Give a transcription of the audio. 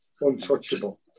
untouchable